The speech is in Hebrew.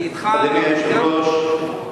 אני אתך, אדוני היושב-ראש,